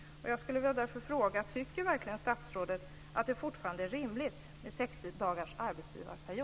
Jag skulle därför vilja fråga: Tycker statsrådet verkligen att det fortfarande är rimligt med 60